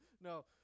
No